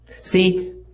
See